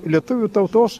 lietuvių tautos